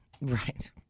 Right